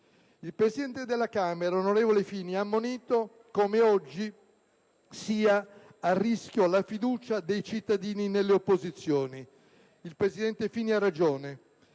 Il Presidente della Camera, onorevole Fini, ha ammonito come oggi sia «a rischio la fiducia dei cittadini nelle istituzioni». Il presidente Fini ha ragione.